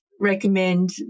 recommend